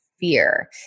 fear